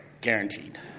guaranteed